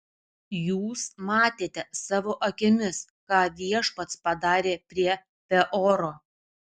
jūs matėte savo akimis ką viešpats padarė prie peoro